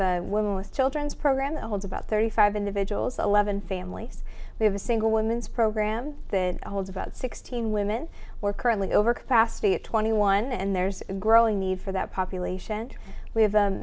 have women with children's program the holds about thirty five individuals eleven families we have a single women's program that holds about sixteen women we're currently over capacity at twenty one and there's a growing need for that population and we have